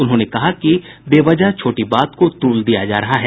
उन्होंने कहा कि बेवजह छोटी बात को तुल दिया जा रहा है